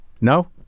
No